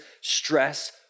stress